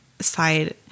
side